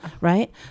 right